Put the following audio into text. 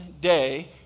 day